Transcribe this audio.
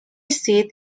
seat